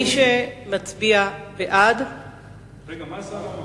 מי שמצביע בעד, רגע, מה השר רוצה?